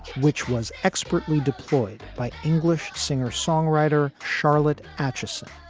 which was expertly deployed by english singer songwriter charlotte atchison,